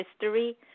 history